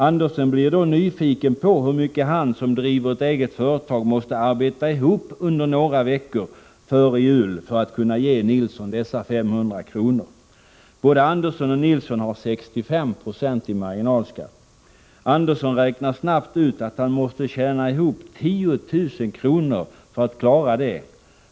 Andersson blir då nyfiken på hur mycket han som driver ett eget företag måste arbeta ihop under några veckor före jul för att kunna ge Nilsson dessa 500 kr. Både Andersson och Nilsson har 65 20 marginalskatt. Andersson räknar snabbt ut att han måste tjäna ihop 10 000 kr. för att klara det.